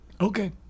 Okay